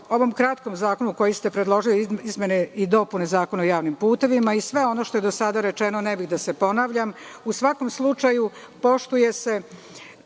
ovom kratkom zakonu koji ste predložili, izmene i dopune Zakona o javnim putevima, i sve ono što je do sada rečeno, ne bih da se ponavljam. U svakom slučaju, poštuje se